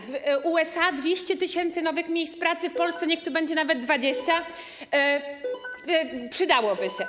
W USA - 200 tys. nowych miejsc pracy, w Polsce - niech to będzie nawet 20, przydałoby się.